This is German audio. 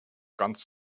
ganz